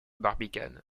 barbicane